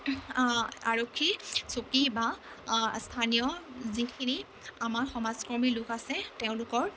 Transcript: আৰক্ষী চকী বা স্থানীয় যিখিনি আমাৰ সমাজকৰ্মী লোক আছে তেওঁলোকৰ